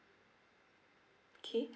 okay